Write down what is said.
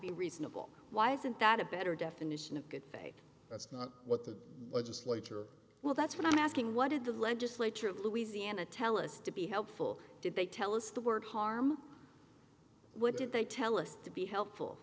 be reasonable why isn't that a better definition of good faith that's not what the legislature well that's what i'm asking what did the legislature of louisiana tell us to be helpful did they tell us the word harm what did they tell us to be helpful